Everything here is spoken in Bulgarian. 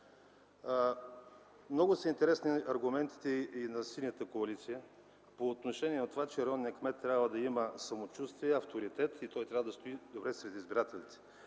Много са аргументите и на Синята коалиция по отношение на това, че районният кмет трябва да има самочувствие, авторитет и че трябва да стои добре сред избирателите.